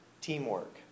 teamwork